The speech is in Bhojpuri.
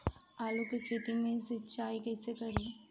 आलू के खेत मे सिचाई कइसे करीं?